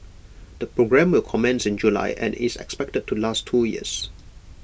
the programme will commence in July and is expected to last two years